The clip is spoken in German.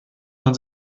man